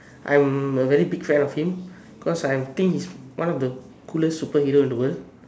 I'm a very big fan of him because I think he is one of the coolest superhero in the world